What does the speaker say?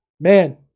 Man